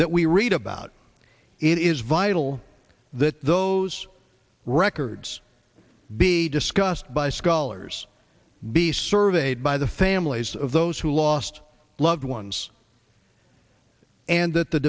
that we read about it is vital that those records be discussed by scholars be surveyed by the families of those who lost loved ones and that the